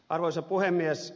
arvoisa puhemies